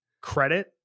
credit